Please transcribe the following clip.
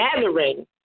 gathering